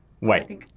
Wait